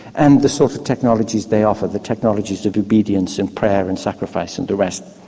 and the sort of technologies they offer, the technologies of obedience and prayer and sacrifice and the rest.